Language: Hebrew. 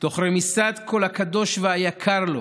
תוך רמיסת כל הקדוש והיקר לו.